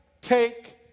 take